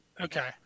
Okay